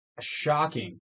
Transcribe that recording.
shocking